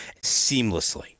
seamlessly